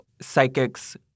psychics